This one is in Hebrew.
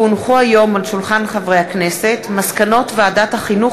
כי הונחו היום על שולחן הכנסת מסקנות ועדת החינוך,